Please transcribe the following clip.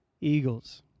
eagles